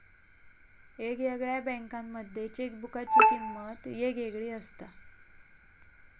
येगयेगळ्या बँकांमध्ये चेकबुकाची किमंत येगयेगळी असता